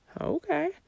Okay